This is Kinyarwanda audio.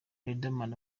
riderman